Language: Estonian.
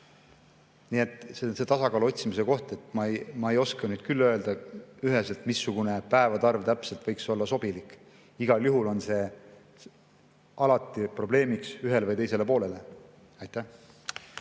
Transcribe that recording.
Nii et see on tasakaalu otsimise koht, ma ei oska küll öelda üheselt, missugune päevade arv täpselt võiks olla sobilik. Igal juhul on see alati probleemiks ühele või teisele poolele. Aitäh